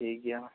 ᱴᱷᱤᱠ ᱜᱮᱭᱟ ᱢᱟ